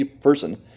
person